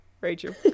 Rachel